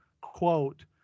quote